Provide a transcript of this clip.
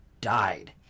died